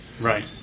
Right